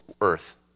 earth